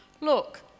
look